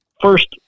first